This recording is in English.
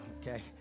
Okay